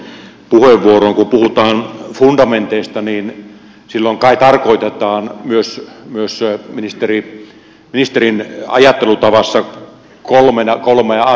kun puhutaan fundamenteista niin silloin kai tarkoitetaan myös ministerin ajattelutavassa kolmea asiaa